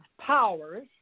powers